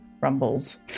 rumbles